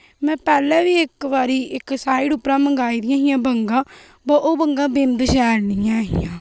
में पैह्लै बी इक बारी इक साइट उप्परा मंगवाई दियां हियां बंगा पर ओह् बंगा बिंद शैल निं ऐ हियां